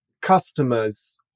customers